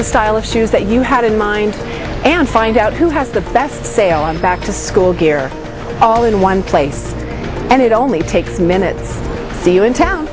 the style of shoes that you had in mind and find out who has the best sale on back to school all in one place and it only takes minutes in town